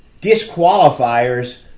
disqualifiers